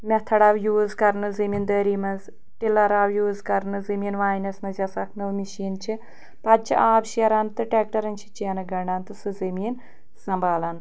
method of use کَرنہٕ زمیٖندٲری منٛز ٹِلَر آو یوٗز کَرنہٕ زمیٖن واینَس منٛز یۄس اَکھ نٔو مِشیٖن چھِ پَتہٕ چھِ آب شیران تہٕ ٹٮ۪کٹَرَن چھِ چینہٕ گَنٛڈان تہٕ سُہ زمیٖن سَنٛبالان